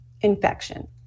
infection